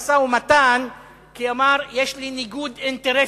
המשא-ומתן כי אמר "יש לי ניגוד אינטרסים",